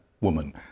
woman